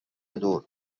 دور